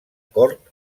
cort